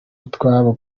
utwabo